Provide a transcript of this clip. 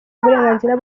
uburenganzira